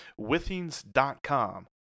withings.com